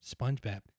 Spongebob